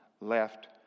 left